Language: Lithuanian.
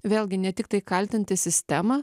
vėlgi ne tiktai kaltinti sistemą